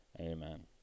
Amen